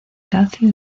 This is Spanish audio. calcio